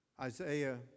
Isaiah